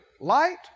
light